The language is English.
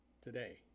today